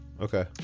Okay